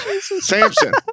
Samson